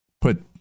put